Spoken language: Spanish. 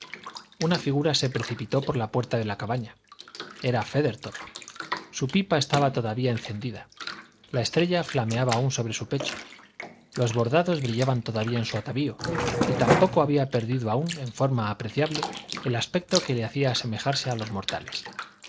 una figura se precipitó por la puerta de la cabaña era feathertop su pipa estaba todavía encendida la estrella flameaba aún sobre su pecho los bordados brillaban todavía en su atavío y tampoco había perdido aún en forma apreciable el aspecto que le hacía asemejarse a los mortales